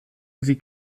sie